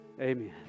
Amen